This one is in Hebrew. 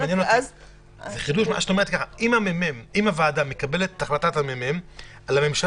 אם הוועדה מקבלת את החלטת הממ"מ לממשלה